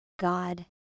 God